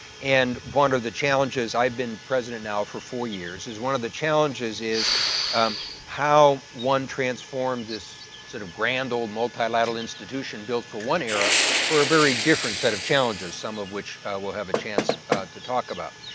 and one of the challenges, i've been president now for four years, is one of the challenges is how one transformed this sort of grand old multilateral institution built for one era for a very different set of challenges. some of which we'll have a chance to talk about.